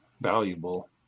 valuable